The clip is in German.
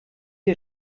sie